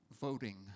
voting